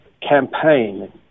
campaign